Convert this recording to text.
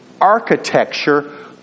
architecture